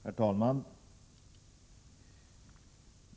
Herr talman!